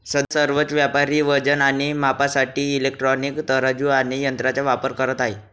सध्या सर्वच व्यापारी वजन आणि मापासाठी इलेक्ट्रॉनिक तराजू आणि यंत्रांचा वापर करत आहेत